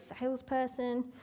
salesperson